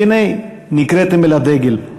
והנה נקראתם אל הדגל.